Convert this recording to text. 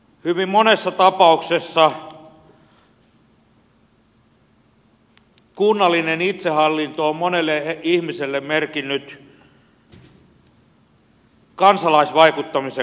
hyvin monessa tapauksessa kunnallinen itsehallinto on monelle ihmiselle merkinnyt kansalaisvaikuttamisen koulua